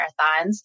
marathons